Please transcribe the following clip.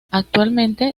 actualmente